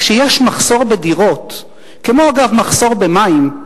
כשיש מחסור בדירות, כמו, אגב, מחסור במים,